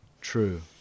True